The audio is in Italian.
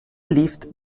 lift